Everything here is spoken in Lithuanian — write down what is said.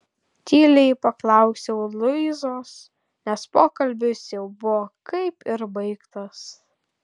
tyliai paklausiau luizos nes pokalbis jau buvo kaip ir baigtas